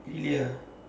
really ah